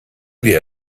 wir